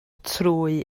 trwy